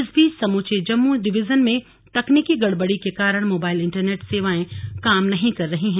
इस बीच समूचे जम्मू डिवीजन में तकनीकी गड़बड़ी के कारण मोबाइल इंटरनेट सेवाएं काम नहीं कर रही हैं